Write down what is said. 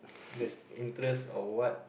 that's interest or what